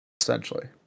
Essentially